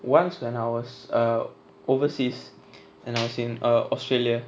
once when I was uh overseas and I was in uh australia